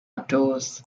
outdoors